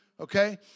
Okay